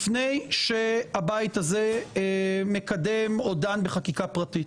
לפני שהבית הזה דן בחקיקה פרטית.